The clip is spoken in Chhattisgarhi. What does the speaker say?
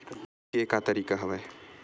के का तरीका हवय?